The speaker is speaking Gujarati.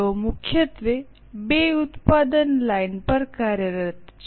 તેઓ મુખ્યત્વે બે ઉત્પાદન લાઇન પર કાર્યરત છે